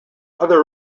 other